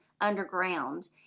underground